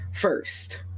first